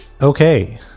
Okay